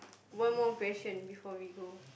one more question before we go